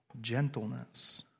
gentleness